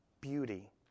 beauty